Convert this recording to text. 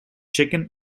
chicken